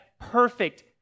perfect